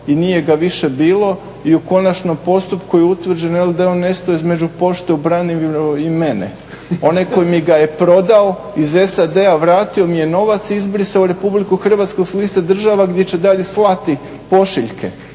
i nije ga više bilo i u konačnom postupku je utvrđeno daje on nestao između pošte u Branimirovoj i mene. Onaj tko mi ga je prodao iz SAD-a vratio mi je novac i izbrisao RH s liste država gdje će dalje slati pošiljke